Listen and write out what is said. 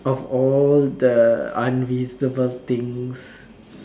of all the unreasonable things